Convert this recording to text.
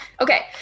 Okay